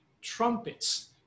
trumpets